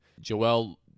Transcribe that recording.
Joel